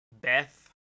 Beth